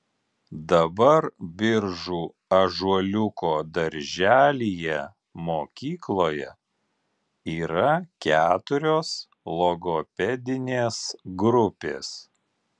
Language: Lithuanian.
dabar biržų ąžuoliuko darželyje mokykloje yra keturios logopedinės grupės